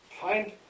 find